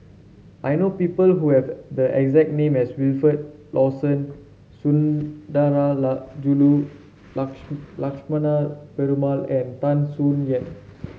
I know people who have the exact name as Wilfed Lawson Sundarajulu Lakshmana Perumal and Tan Soo Nan